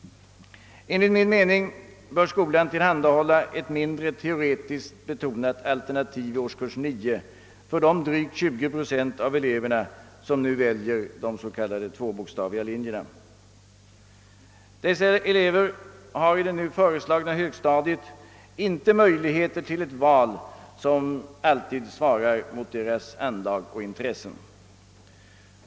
Enligt min mening bör skolan tillhandahålla ett mindre teoretiskt betonat alternativ i årskurs 9 för de drygt 20 procent av eleverna som nu väljer de s.k. tvåbokstaviga linjerna. Dessa elever har i det nu föreslagna högstadiet inte möjligheter att göra ett fritt val som alltid svarar mot deras anlag och intressen.